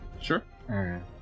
Sure